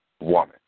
woman